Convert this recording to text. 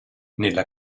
nella